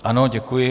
Ano, děkuji.